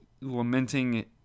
lamenting